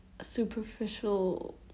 superficial